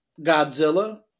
godzilla